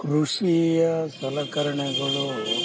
ಕೃಷಿಯ ಸಲಕರಣೆಗಳು